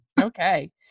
Okay